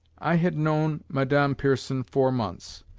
i had known madame pierson four months,